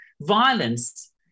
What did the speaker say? violence